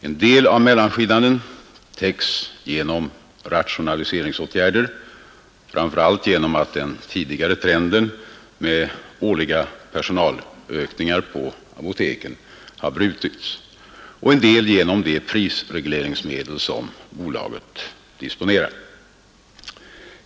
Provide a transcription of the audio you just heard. En del av mellanskillnaden täcks genom rationaliseringsåtgärder, varigenom den tidigare trenden med personalökningar på apoteken har brutits, och en del genom de prisregleringsmedel som bolaget disponerar.